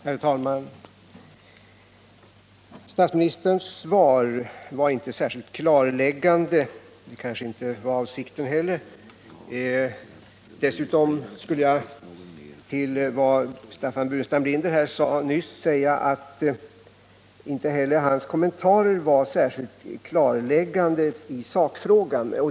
Herr talman! Statsministerns svar var inte särskilt klarläggande — det kanske inte heller var avsikten. Inte heller Staffan Burenstam Linders kommentarer var särskilt klarläggande i sakfrågan.